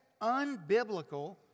unbiblical